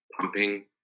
pumping